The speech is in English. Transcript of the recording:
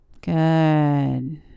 Good